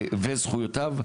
וזכויותיו,